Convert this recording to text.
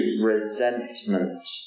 resentment